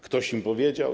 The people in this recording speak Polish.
Ktoś im powiedział?